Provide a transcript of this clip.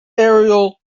aerial